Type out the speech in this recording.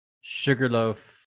Sugarloaf